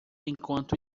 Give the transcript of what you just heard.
enquanto